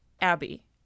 Abby